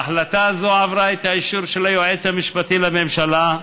ההחלטה הזאת עברה את האישור של היועץ המשפטי לממשלה,